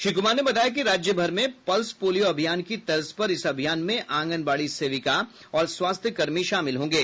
श्री कुमार ने बताया कि राज्य भर में पल्स पोलियो अभियान की तर्ज पर इस अभियान में आंगनबाड़ी सेविका और स्वास्थ्य कर्मी शामिल होंगे